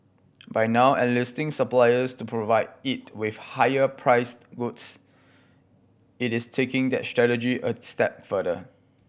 by now enlisting suppliers to provide it with higher priced goods it is taking that strategy a step further